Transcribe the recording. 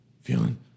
Feeling